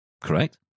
correct